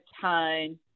time